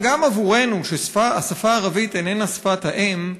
אבל גם עבורנו, שהשפה הערבית איננה שפת האם,